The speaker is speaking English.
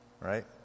right